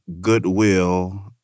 goodwill